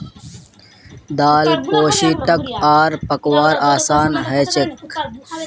दाल पोष्टिक आर पकव्वार असान हछेक